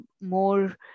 More